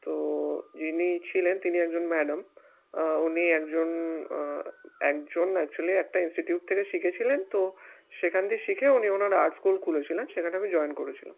তো যিনি ছিলেন তিনি একজন ম্যাডাম উনি একজন একজন অ্যাকচুয়ালি একটা ইনস্টিটিউট থেকে শিখেছিলেন তো সেখান দিয়ে শিখে উনি ওনার আর্ট স্কুল খুলেছিলেন সেখানে আমি জয়েন করেছিলাম